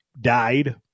died